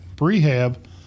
rehab